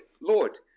Lord